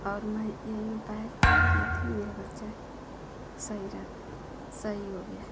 और मैं यही उपाय की थी मेरा बच्चा सही रथ सही हो गया